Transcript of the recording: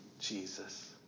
Jesus